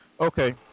Okay